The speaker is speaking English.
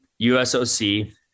USOC